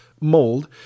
mold